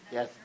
Yes